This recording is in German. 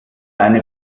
eine